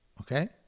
Okay